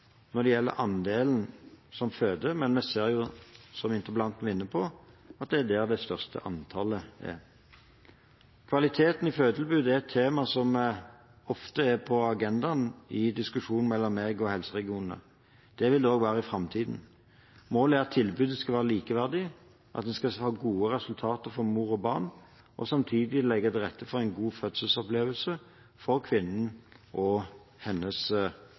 når det gjelder andelen som føder, men vi ser jo, som interpellanten var inne på, at det er der det største antallet er. Kvaliteten i fødetilbudet er et tema som ofte er på agendaen i diskusjonen mellom meg og helseregionene. Det vil det være også i framtiden. Målet er at tilbudet skal være likeverdig, det skal sikre et godt resultat for mor og barn og samtidig legge til rette for en god fødselsopplevelse for kvinnen og hennes